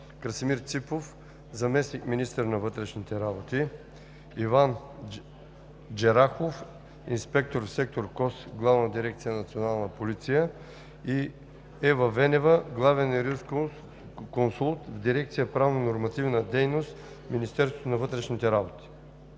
Красимир Ципов – заместник-министър на вътрешните работи, Иван Джерахов – инспектор в сектор КОС в Главна дирекция „Национална полиция“, и Ева Венева – главен юрисконсулт в дирекция „Правнонормативна дейност“ в Министерството на вътрешните работи.